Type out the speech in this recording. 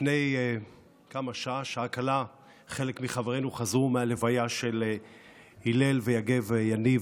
לפני שעה קלה חלק מחברינו חזרו מהלוויה של הלל ויגל יניב,